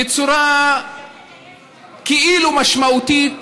בצורה כאילו משמעותית,